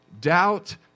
doubt